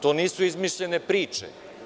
To nisu izmišljene priče.